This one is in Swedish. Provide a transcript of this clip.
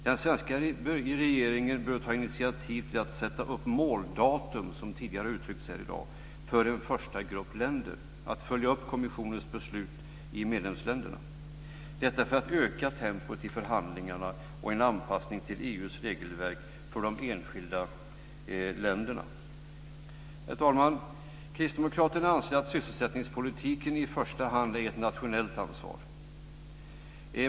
Den svenska regeringen bör ta initiativ till att sätta upp måldatum - som det tidigare har givits uttryck för i dag - för en första grupp länder att följa upp kommissionens beslut i medlemsländerna. Detta ska öka tempot i förhandlingarna och anpassningen till EU:s regelverk för de enskilda länderna. Herr talman! Kristdemokraterna anser att sysselsättningspolitiken i första hand är ett nationellt ansvar.